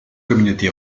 communauté